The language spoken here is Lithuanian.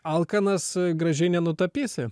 alkanas gražiai nenutapysi